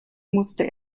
musste